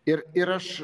ir ir aš